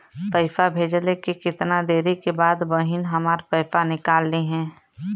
पैसा भेजले के कितना देरी के बाद बहिन हमार पैसा निकाल लिहे?